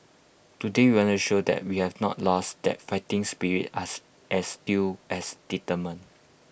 today we wanna show that we have not lost that fighting spirit us as still as determined